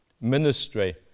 ministry